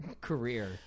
career